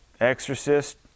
Exorcist